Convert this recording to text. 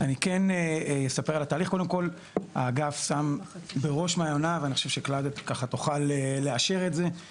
איך זה יכול להיות שאין תרגום?